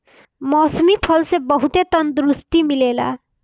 मौसमी फल से बहुते तंदुरुस्ती मिलेला